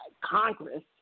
Congress